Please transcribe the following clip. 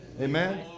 Amen